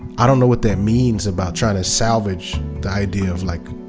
i don't know what that means about trying to salvage the idea of, like,